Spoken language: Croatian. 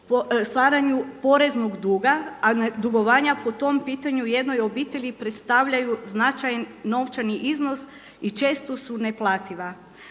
stvaranju poreznog duga a dugovanja po tom pitanju jedno obitelji predstavljaju značajan novčani iznos i često su neplativa.